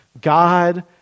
God